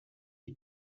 die